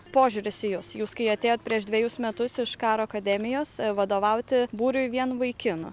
požiūris į jus jūs kai atėjot prieš dvejus metus iš karo akademijos vadovauti būriui vien vaikinų